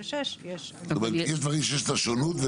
זאת אומרת יש דברים שיש שונות,